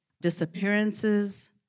Disappearances